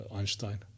Einstein